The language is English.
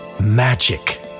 magic